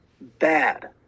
bad